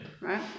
right